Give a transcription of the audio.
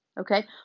Okay